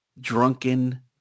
Drunken